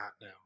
now